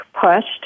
Pushed